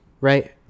Right